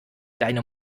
deine